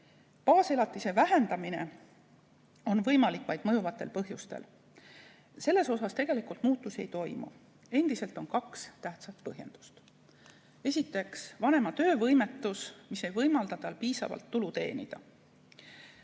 Baaselatise vähendamine on võimalik vaid mõjuvatel põhjustel. Selles osas tegelikult muutusi ei toimu. Endiselt on kaks tähtsat põhjendust. Esiteks, vanema töövõimetus, mis ei võimalda tal piisavalt tulu teenida.